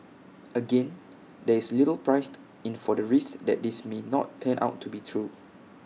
again there is little priced in for the risk that this may not turn out to be true